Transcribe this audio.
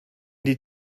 die